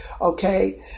Okay